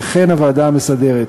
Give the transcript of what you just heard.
וכן הוועדה המסדרת.